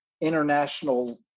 international